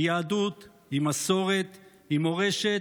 היא יהדות, היא מסורת, היא מורשת,